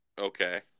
Okay